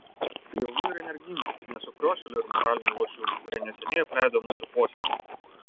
jaunų ir energingų ne sukriošėlių ir moralinių luošių kurie neseniai apleido mūsų posėdį